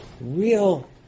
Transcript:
Real